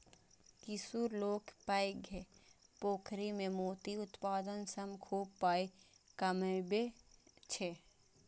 किछु लोक पैघ पोखरि मे मोती उत्पादन सं खूब पाइ कमबै छै